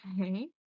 Okay